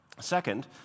Second